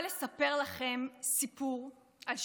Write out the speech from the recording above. לספר לכם סיפור על שופטת.